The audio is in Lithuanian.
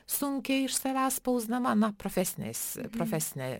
sunkiai iš savęs spausdama na profesinės profesinę